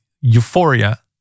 euphoria